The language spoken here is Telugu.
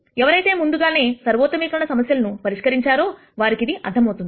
ఎవరైతే ముందుగానే సర్వోత్తమీకరణ సమస్యలను పరిష్కరించా రో వారికి ఇది అర్థమవుతుంది